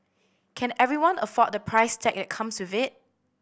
can everyone afford the price tag that comes with it